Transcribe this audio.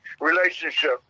relationship